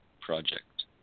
project